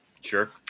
sure